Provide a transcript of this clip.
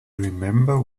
remember